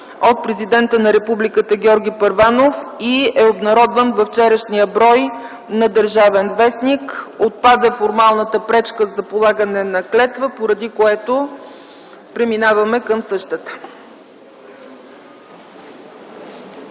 от Президента на Републиката Георги Първанов и е обнародван във вчерашния брой на „Държавен вестник”. Отпада формалната пречка за полагане на клетва, поради което преминаваме към същата.